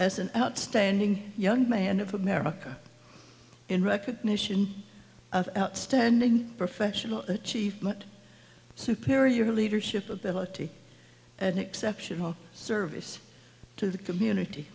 as an outstanding young man of america in recognition of outstanding professional achievement superior leadership ability and exceptional service to the community